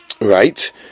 Right